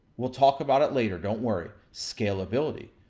we'll talk about it later, don't worry, scalability.